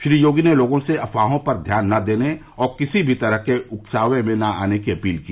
श्री योगी ने लोगों से अफवाहों पर ध्यान न देने और किसी भी तरह के उकसावे में न आने की अपील की